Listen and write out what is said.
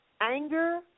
anger